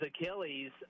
Achilles